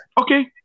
Okay